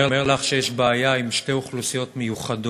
אומר לך שיש בעיה עם שתי אוכלוסיות מיוחדות: